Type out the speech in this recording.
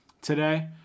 today